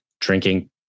drinking